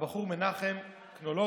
נשות הפרובוקציה.